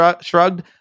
shrugged